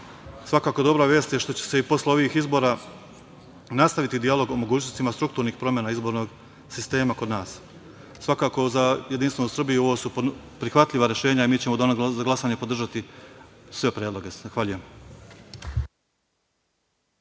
Svakako, dobra vest je i što će se posle ovih izbora nastaviti dijalog o mogućnostima strukturnih promena izbornog sistema kod nas.Za Jedinstvenu Srbiju su ovo prihvatljiva rešenja i mi ćemo u danu za glasanje podržati sve predloge.